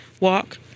walk